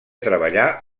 treballar